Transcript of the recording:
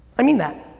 i mean that.